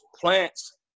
plants